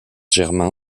germain